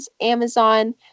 Amazon